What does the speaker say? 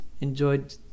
enjoyed